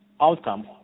outcome